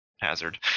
...hazard